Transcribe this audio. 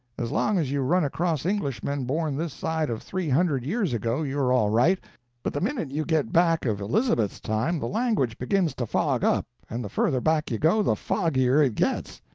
as long as you run across englishmen born this side of three hundred years ago, you are all right but the minute you get back of elizabeth's time the language begins to fog up, and the further back you go the foggier it gets.